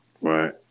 Right